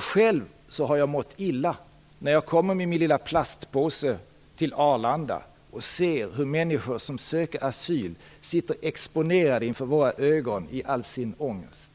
Själv har jag mått illa när jag har kommit med min lilla plastpåse till Arlanda och sett hur människor som söker asyl sitter exponerade inför allas ögon i all sin ångest.